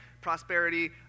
Prosperity